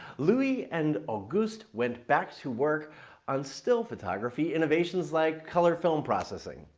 louis and august went back to work on still photography innovations, like color film processing.